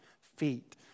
feet